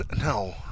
No